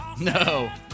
No